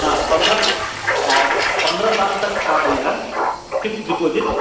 हाँ पंद्रह और पंद्रह साल तक शादी है फ़िक्स्ड डिपॉजिट